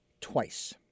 twice